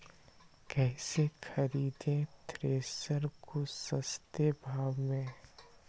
कैसे खरीदे थ्रेसर को सस्ते भाव में?